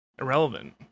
irrelevant